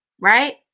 right